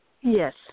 Yes